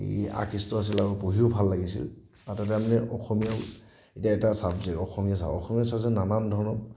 এই আকৃষ্ট আছিল আৰু পঢ়িও ভাল লাগিছিল আৰু তাতে আমি অসমীয়াও এতিয়া এটা ছাবজেক্ট অসমীয়া অসমীয়া ছাবজেক্টত নানান ধৰণৰ